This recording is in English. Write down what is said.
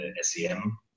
SEM